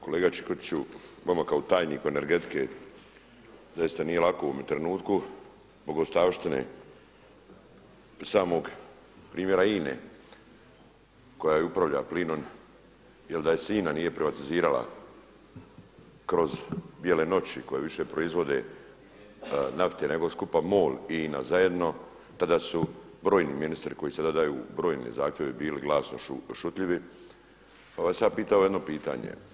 Kolega Čikotiću vama kao tajniku energetike zaista nije lako u ovom trenutku zbog ostavštine samog primjera INA-e koja upravlja plinom jer da se INA nije privatizirala kroz bijele noći koje više proizvode nafte nego skupa MOL i INA zajedno tada su brojni ministri koji sada daju brojne zahtjeve bili glasom šutljivi, pa bih vas ja pitao jedno pitanje.